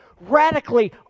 radically